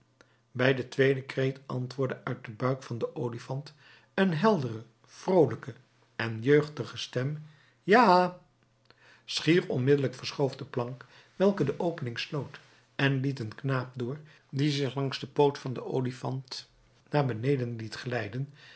bij den tweeden kreet antwoordde uit den buik van den olifant een heldere vroolijke en jeugdige stem ja schier onmiddellijk verschoof de plank welke de opening sloot en liet een knaap door die zich langs den poot van den olifant naar beneden liet glijden